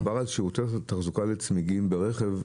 מדובר על שירותי תחזוקה לצמיגים ברכב.